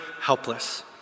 helpless